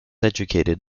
educated